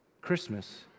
Christmas